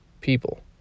people